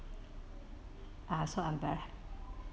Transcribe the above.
ah so I am very happy